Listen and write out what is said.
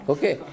Okay